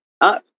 up